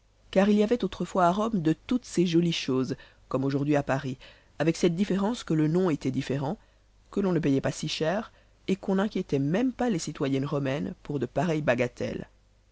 car il y avait autrefois à rome de toutes ces jolies choses comme aujourd'hui à paris avec cette différence que le nom était différent que l'on ne payait pas si cher et qu'on n'inquiétait même pas les citoyennes romaines pour de pareilles bagatelles